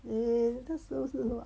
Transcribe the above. eh 那时候是什么